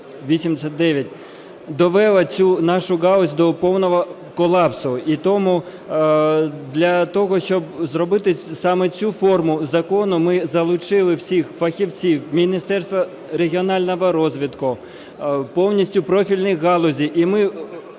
2189 довела цю нашу галузь до повного колапсу. І тому для того, щоб зробити саме цю форму закону, ми залучили всіх фахівців, Міністерство регіонального розвитку, повністю профільних галузей.